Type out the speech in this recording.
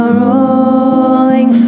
rolling